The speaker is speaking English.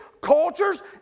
cultures